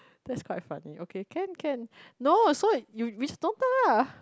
that's quite funny okay can can no so you we ah